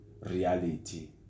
reality